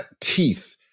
teeth